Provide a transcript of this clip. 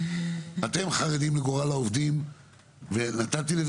אתם חרדים לגורל העובדים ונתתי לכך